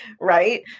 right